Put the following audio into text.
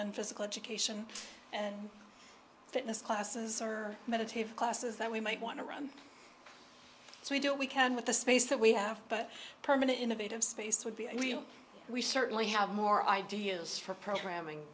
and physical education and fitness classes or meditative classes that we might want to run so we do we can with the space that we have but permanent innovative space would be we certainly have more ideas for programming